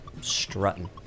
strutting